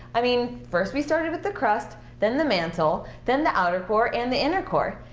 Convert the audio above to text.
i mean, first we started with the crust, then the mantle, then the outer core and the inner core.